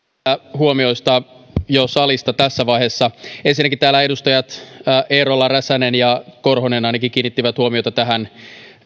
huomioista salista jo tässä vaiheessa ensinnäkin täällä edustajat eerola räsänen ja korhonen ainakin kiinnittivät huomiota tähän